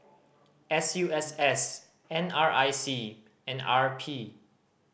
S U S S N R I C and R P